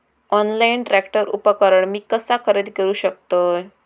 Online tractor उपकरण मी कसा खरेदी करू शकतय?